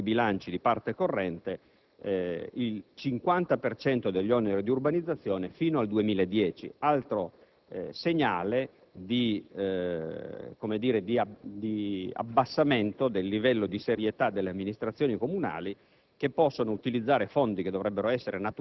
che i Comuni possono inserire nei propri bilanci di parte corrente il 50 per cento degli oneri di urbanizzazione fino al 2010: è un altro segnale di abbassamento del livello di serietà delle amministrazioni comunali,